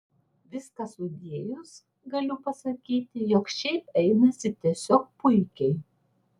viską sudėjus galiu pasakyti jog šiaip einasi tiesiog puikiai